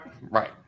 Right